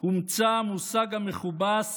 הומצא המושג המכובס